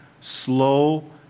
slow